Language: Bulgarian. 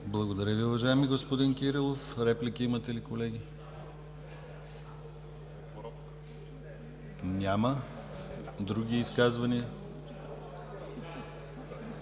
Благодаря ви, уважаеми господин Кирилов. Реплики имате ли, колеги? Няма. Други изказвания?